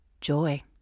joy